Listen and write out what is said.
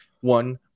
one